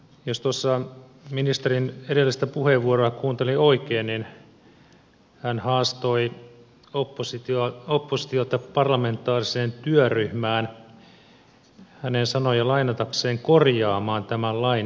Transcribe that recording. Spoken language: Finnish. jos tuossa ministerin edellistä puheenvuoroa kuuntelin oikein niin hän haastoi oppositiota parlamentaariseen työryhmään hänen sanojaan lainatakseni korjaamaan tämän lain puutteita